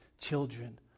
children